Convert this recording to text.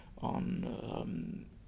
on